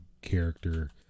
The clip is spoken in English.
character